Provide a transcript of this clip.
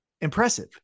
impressive